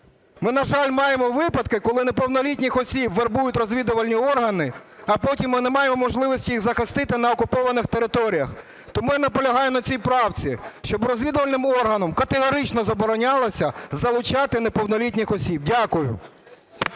ми, на жаль, маємо випадки, коли неповнолітніх осіб вербують розвідувальні органи, а потім ми не маємо можливості їх захистити на окупованих територіях. Тому я наполягаю на цій правці, щоб розвідувальним органам категорично заборонялося залучати неповнолітніх осіб. Дякую.